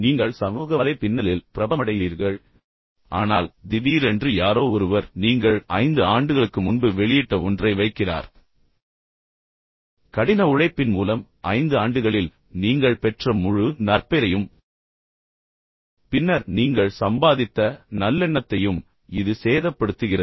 நீங்கள் சமூக வலைப்பின்னலில் பிரபலமடைகிறீர்கள் ஆனால் திடீரென்று யாரோ ஒருவர் நீங்கள் 5 ஆண்டுகளுக்கு முன்பு வெளியிட்ட ஒன்றை வைக்கிறார் கடின உழைப்பின் மூலம் 5 ஆண்டுகளில் நீங்கள் பெற்ற முழு நற்பெயரையும் பின்னர் நீங்கள் சம்பாதித்த நல்லெண்ணத்தையும் இது சேதப்படுத்துகிறது